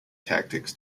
tactics